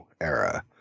era